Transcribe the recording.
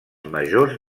majors